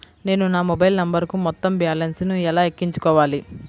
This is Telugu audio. నేను నా మొబైల్ నంబరుకు మొత్తం బాలన్స్ ను ఎలా ఎక్కించుకోవాలి?